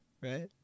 right